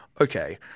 okay